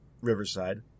riverside